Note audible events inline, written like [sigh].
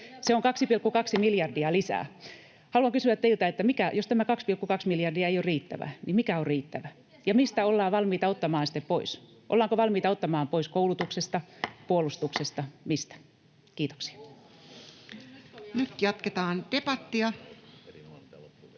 Se on 2,2 miljardia lisää. [noise] Haluan kysyä teiltä: Jos tämä 2,2 miljardia ei ole riittävä, niin mikä on riittävä, ja mistä ollaan valmiita ottamaan sitten pois? [noise] Ollaanko valmiita ottamaan pois koulutuksesta, [noise] puolustuksesta, mistä? — Kiitoksia. Nyt jatketaan debattia.